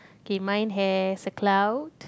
okay mine has a cloud